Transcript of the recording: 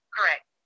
Correct